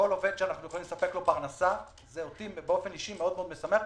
כל עובד שאנחנו יכולים לספק לו פרנסה זה אותי אישית מאוד משמח.